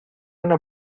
una